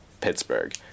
Pittsburgh